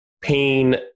pain